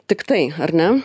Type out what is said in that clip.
tiktai ar ne